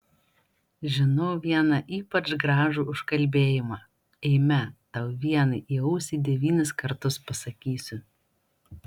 žinau vieną ypač gražų užkalbėjimą eime tau vienai į ausį devynis kartus pasakysiu